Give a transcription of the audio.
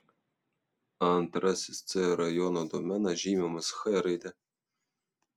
antrasis c rajono domenas žymimas h raide